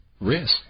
risk